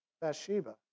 Bathsheba